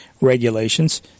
regulations